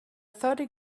thirty